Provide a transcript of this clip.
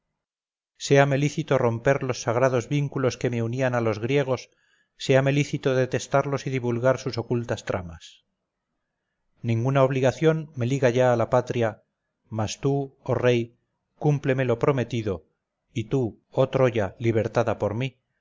palabras séame lícito romper los sagrados vínculos que me unían a los griegos séame lícito detestarlos y divulgar sus ocultas tramas ninguna obligación me liga ya a la patria mas tú oh rey cúmpleme lo prometido y tú oh troya libertada por mí